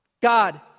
God